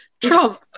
trump